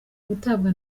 gutabwa